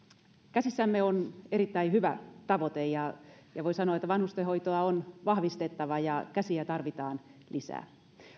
käsissämme on erittäin hyvä tavoite ja voi sanoa että vanhustenhoitoa on vahvistettava käsiä tarvitaan lisää